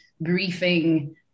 briefing